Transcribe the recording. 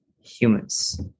humans